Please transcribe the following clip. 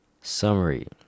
Summary